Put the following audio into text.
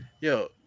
Yo